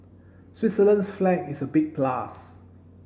Switzerland's flag is a big plus